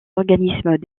organismes